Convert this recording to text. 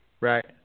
Right